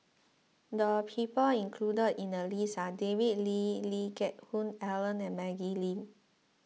the people included in the list are David Lee Lee Geck Hoon Ellen and Maggie Lim